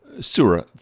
Surah